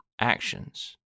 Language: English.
actions